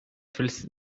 fills